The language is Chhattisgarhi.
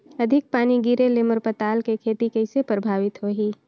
अधिक पानी गिरे ले मोर पताल के खेती कइसे प्रभावित होही?